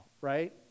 right